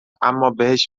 امابهش